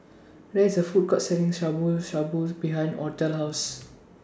There IS A Food Court Selling Shabu Shabu behind Othel's House